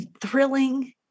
thrilling